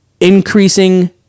increasing